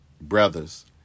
brothers